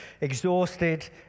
exhausted